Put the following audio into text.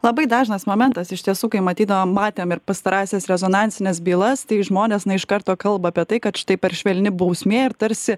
labai dažnas momentas iš tiesų kai matydavom matėm ir pastarąsias rezonansines bylas tai žmonės na iš karto kalba apie tai kad štai per švelni bausmė ir tarsi